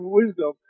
wisdom